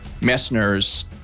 Messner's